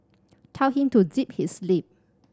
tell him to zip his lip